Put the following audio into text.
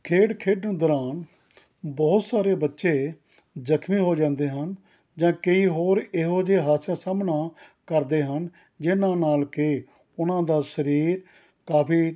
ਖੇਡ ਖੇਡਣ ਦੌਰਾਨ ਬਹੁਤ ਸਾਰੇ ਬੱਚੇ ਜਖ਼ਮੀ ਹੋ ਜਾਂਦੇ ਹਨ ਜਾਂ ਕਈ ਹੋਰ ਇਹੋ ਜਿਹੇ ਹਾਦਸਾ ਸਾਹਮਣਾ ਕਰਦੇ ਹਨ ਜਿਹਨਾਂ ਨਾਲ ਕਿ ਉਹਨਾਂ ਦਾ ਸਰੀਰ ਕਾਫ਼ੀ